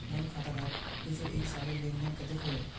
मोर खाता डात पिछुर एक सालेर लेन देन कतेक होइए?